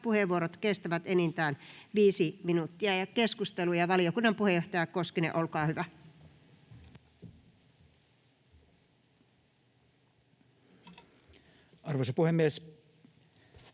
puheenvuorot kestävät enintään 5 minuuttia. Valiokunnan puheenjohtaja Koskinen, olkaa hyvä. Arvoisa puhemies!